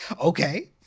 Okay